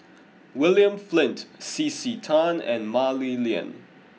William Flint C C Tan and Mah Li Lian